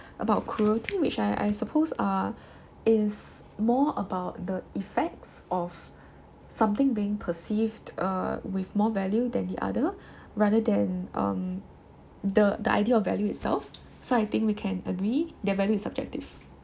about cruelty which I I suppose uh is more about the effects of something being perceived uh with more value than the other rather than um the the idea of value itself so I think we can agree their value is subjective